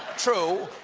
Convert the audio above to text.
true,